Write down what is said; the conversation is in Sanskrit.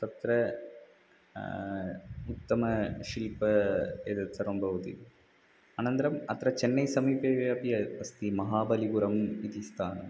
तत्र उत्तमशिल्पम् एतद् सर्वं भवति अनन्तरम् अत्र चन्नैसमीपे अपि अ अस्ति महाबलिपुरम् इति स्थानम्